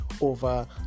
over